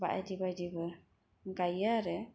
बायदि बायदिबो गायो आरो